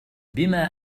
بما